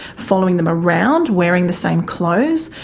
following them around, wearing the same clothes.